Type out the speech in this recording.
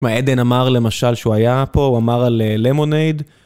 עדן אמר למשל שהוא היה פה, הוא אמר על למונייד.